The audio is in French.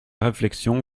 réflexion